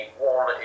one